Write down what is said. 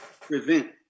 prevent